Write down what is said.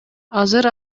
азыр